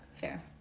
Fair